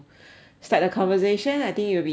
start the conversation I think it'll be easier